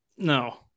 no